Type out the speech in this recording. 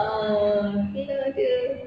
um tapi kalau ada